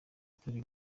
atazi